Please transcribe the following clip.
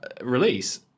release